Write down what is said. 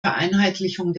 vereinheitlichung